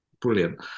brilliant